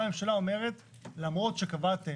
באה הממשלה ואומרת, למרות שקבעתם